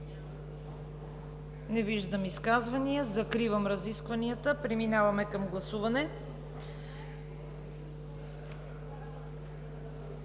Не виждам изказвания. Закривам разискванията. Преминаваме към гласуване.